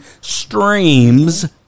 streams